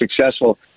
successful